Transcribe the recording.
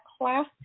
class